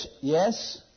yes